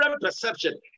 perception